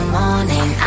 morning